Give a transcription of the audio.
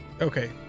okay